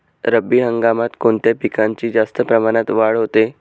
रब्बी हंगामात कोणत्या पिकांची जास्त प्रमाणात वाढ होते?